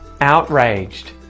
Outraged